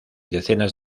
decenas